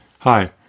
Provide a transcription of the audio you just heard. Hi